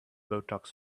botox